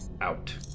out